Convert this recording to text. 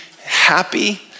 happy